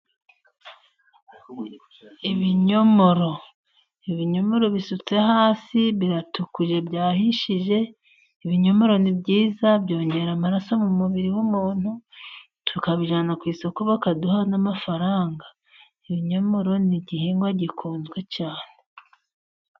Ibinyomoro"ibinyomoro bisutse hasi biratukuye, byahiye". Ibinyomoro ni byiza byongera amaraso mu mubiri w' umuntu tukabijyana ku isoko bakaduha, n' amafaranga. Ibinyomoro ni igihingwa gikunzwe cyane.